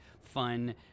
fun